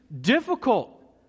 difficult